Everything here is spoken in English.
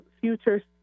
future